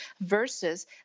versus